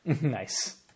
Nice